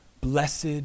blessed